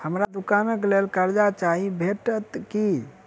हमरा दुकानक लेल कर्जा चाहि भेटइत की?